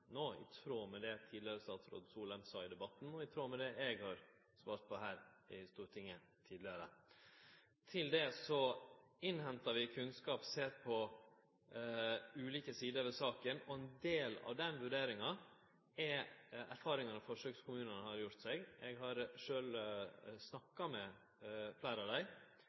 i tråd med det tidlegare statsråd Solheim sa i debatten, og i tråd med det eg har svart på her i Stortinget tidlegare. Til det innhentar vi kunnskap og ser på ulike sider ved saken. Ein del av den vurderinga er erfaringar forsøkskommunane har gjort. Eg har sjølv snakka med fleire av dei.